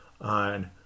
on